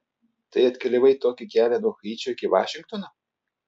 tai atkeliavai tokį kelią nuo haičio iki vašingtono